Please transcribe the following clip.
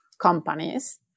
Companies